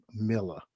Miller